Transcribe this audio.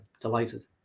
delighted